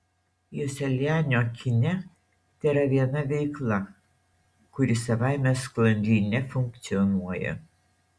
joselianio kine tėra viena veikla kuri savaime sklandžiai nefunkcionuoja